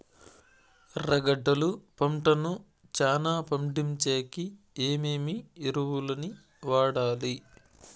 ఎర్రగడ్డలు పంటను చానా పండించేకి ఏమేమి ఎరువులని వాడాలి?